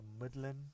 midland